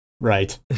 right